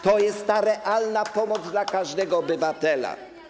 To jest ta realna pomoc dla każdego obywatela.